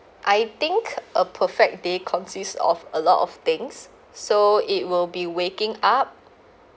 I think a perfect day consists of a lot of things so it will be waking up